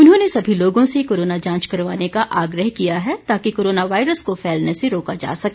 उन्होंने सभी लोगों से कोरोना जांच करवाने का आग्रह किया है ताकि कोरोना वायरस को फैलने से रोका जा सके